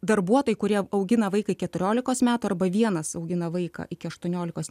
darbuotojai kurie augina vaiką keturiolikos metų arba vienas augina vaiką iki aštuoniolikos